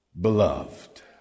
Beloved